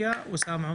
הקרובה,